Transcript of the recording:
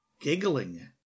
giggling